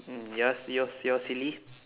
mm yours yours yours silly